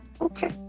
okay